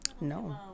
no